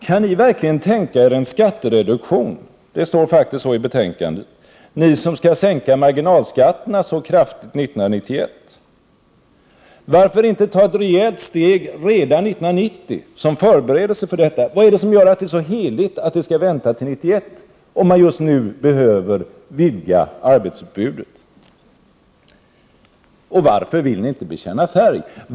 Kan ni verkligen tänka er en skattereduktion — det står faktiskt i betänkandet att ni kan tänka er det — ni som skall sänka marginalskatterna så kraftigt 1991? Varför tar ni inte ett rejält steg redan 1990 som förberedelse för detta? Vad är det som gör att det är så heligt att ni måste vänta till 1991, fastän arbetsutbudet just nu behöver vidgas? Varför vill ni inte bekänna färg?